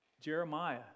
Jeremiah